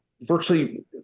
virtually